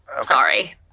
sorry